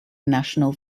national